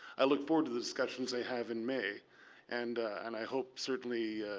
i look forward to the discussions i have in may and and i hope certainly